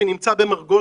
כרגע זה נמצא במרגוזה,